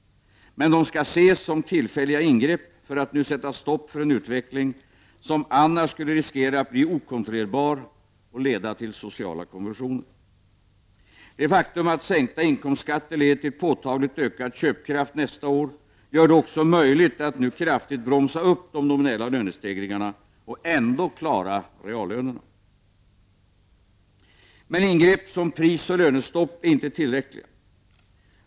Men åtgärderna skall ses som tillfälliga ingrepp för att nu sätta stopp för en utveckling som annars skulle riskera att bli okontrollerbar och leda till sociala konvulsioner. Det faktum att sänkta inkomstskatter leder till påtagligt ökad köpkraft nästa år gör det också möjligt att nu kraftigt bromsa de nominella lönestegringarna och ändå klara reallönerna. Ingrepp som prisoch lönestopp är dock inte tillräckliga.